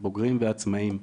כבוגרים ועצמאים.